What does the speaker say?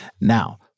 Now